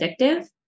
addictive